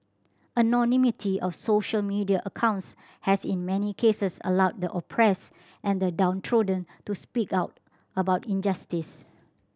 anonymity of social media accounts has in many cases allowed the oppressed and the downtrodden to speak out about injustice